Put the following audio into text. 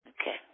Okay